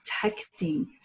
protecting